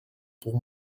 pour